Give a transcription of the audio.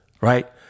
right